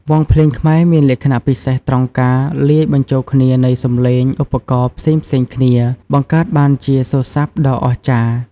វង់ភ្លេងខ្មែរមានលក្ខណៈពិសេសត្រង់ការលាយបញ្ចូលគ្នានៃសំឡេងឧបករណ៍ផ្សេងៗគ្នា បង្កើតបានជាសូរស័ព្ទដ៏អស្ចារ្យ។